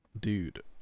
Dude